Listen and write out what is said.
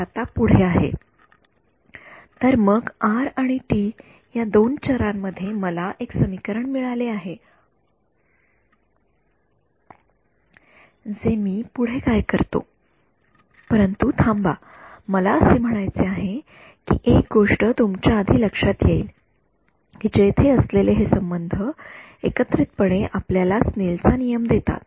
आता पुढे आहे तर मग आर आणि टी या दोन चरांमध्ये मला एक समीकरण मिळाले आहे जे मी पुढे काय करतो परंतु थांबा मला असे म्हणायचे आहे कि एक गोष्ट तुमच्या आधी लक्षात येईल की येथे असलेले हे संबंध एकत्रितपणे आपल्याला स्नेल चा नियम देतात